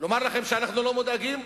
לומר לכם שאנחנו לא מודאגים?